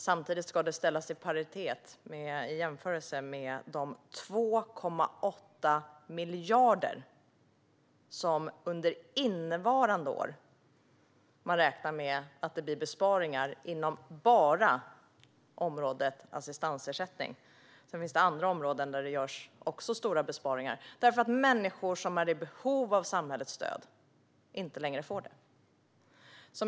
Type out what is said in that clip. Samtidigt ska det jämföras med de 2,8 miljarder i besparingar som man räknar med under innevarande år bara inom området assistansersättning. Det finns andra områden där det också görs stora besparingar genom att människor som är i behov av samhällets stöd inte längre får det.